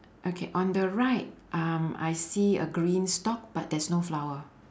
okay on the right um I see a green stalk but there's no flower